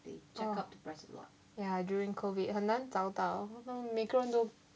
oh ya during COVID 很难找到每个人都